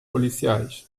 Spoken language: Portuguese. policiais